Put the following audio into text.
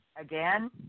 again